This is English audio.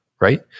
right